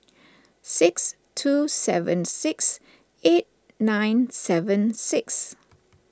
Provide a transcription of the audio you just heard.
six two seven six eight nine seven six